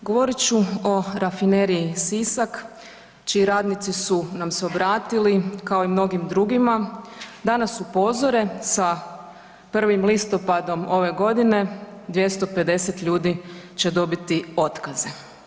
Govorit ću o Rafineriji Sisak čiji radnici su nam se obratili kao i mnogim drugima da nas upozore sa 1. listopadom ove godine 250 ljudi će dobiti otkaze.